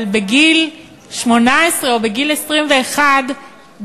אבל בגיל 18 או בגיל 21,